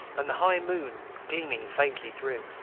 and the high moon gleaming faintly through.